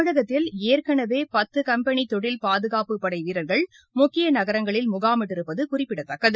தமிழகத்தில் ஏற்கனவே பத்து கம்பெனி தொழில் பாதுகாப்புப் படை வீரர்கள் முக்கிய நகர்களில் முகாமிட்டிருப்பது குறிப்பிடத்தக்கது